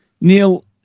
Neil